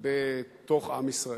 בתוך עם ישראל.